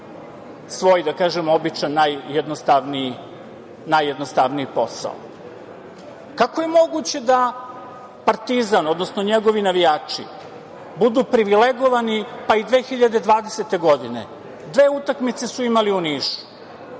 svoj, da kažem običan, najjednostavniji posao? Kako je moguće da „Partizan“, odnosno njegovi navijači budu privilegovani, pa i 2020. godine? Dve utakmice su imali u Nišu,